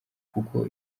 kuko